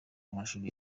w’amashuri